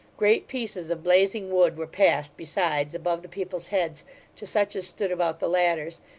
great pieces of blazing wood were passed, besides, above the people's heads to such as stood about the ladders,